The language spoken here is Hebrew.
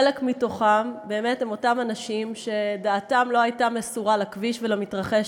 חלק מהם הם אותם אנשים שדעתם לא הייתה מסורה לכביש ולמתרחש,